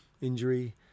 injury